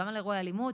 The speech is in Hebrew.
גם על אירועי אלימות.